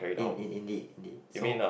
in in indeed indeed so